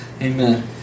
Amen